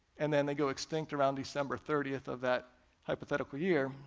and then they go extinct around december thirtieth of that hypothetical year,